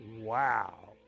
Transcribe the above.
wow